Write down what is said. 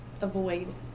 avoid